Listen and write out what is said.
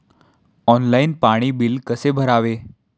Online पाणी bill कसे भरावे?